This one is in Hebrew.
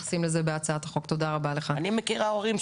המוות.